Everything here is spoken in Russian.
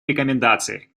рекомендации